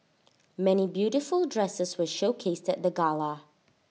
many beautiful dresses were showcased at the gala